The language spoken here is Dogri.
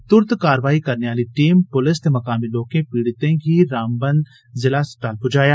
तुरत कारवाई करने आली टीम पुलस ते मुकामी लोकें पीड़ितें गी रामबन दे ज़िला अस्पताल पजाया